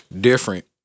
different